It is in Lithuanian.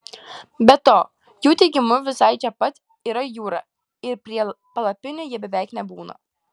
be to jų teigimu visai čia pat yra jūra ir prie palapinių jie beveik nebūna